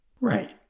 Right